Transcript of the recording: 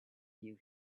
you